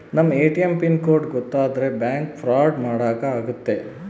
ನಮ್ ATM pin code ಗೊತ್ತಾದ್ರೆ bank fraud ಮಾಡಾಕ ಆಗುತ್ತೆ